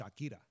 Shakira